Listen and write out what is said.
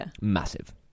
massive